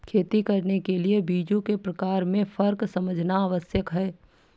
खेती करने के लिए बीजों के प्रकार में फर्क समझना आवश्यक है